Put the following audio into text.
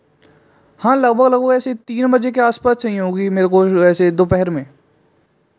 हाँ लगभग लगभग ऐसे तीन बजे के आस पास चाहिए होगी मेरे को ऐसे दोपहर में